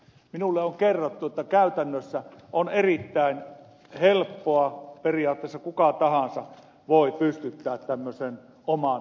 minulle on kerrottu että käytännössä erittäin helposti periaatteessa kuka tahansa voi pystyttää tämmöisen oman sähköpostipalvelimen